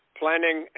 planning